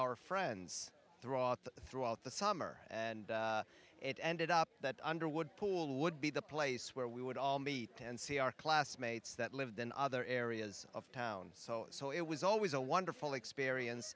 our friends throughout the throughout the summer and it ended up that underwood pool would be the place where we would all meet and see our classmates that lived in other areas of town so so it was always a wonderful experience